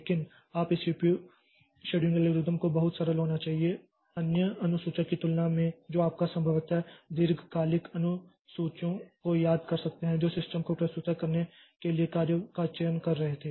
लेकिन आप इस सीपीयू शेड्यूलिंग एल्गोरिदम को बहुत सरल होना चाहिए अन्य अनुसूचक की तुलना में जो आपको संभवतः दीर्घकालिक अनुसूचियों को याद कर सकते हैं जो सिस्टम को प्रस्तुत करने के लिए कार्य का चयन कर रहे थे